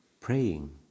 praying